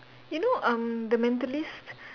you know um the mentalist